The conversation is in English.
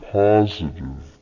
positive